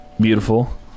Beautiful